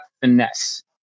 finesse